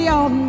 on